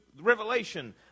Revelation